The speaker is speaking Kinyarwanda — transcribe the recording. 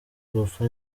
gupfa